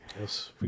yes